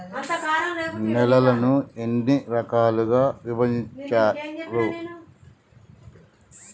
నేలలను ఎన్ని రకాలుగా విభజించారు?